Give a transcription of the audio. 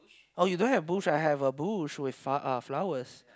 oh you don't bush I have a bush with far uh flowers